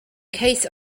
case